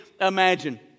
imagine